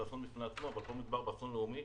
אסון בפני עצמו אבל פה מדובר באסון לאומי.